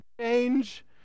change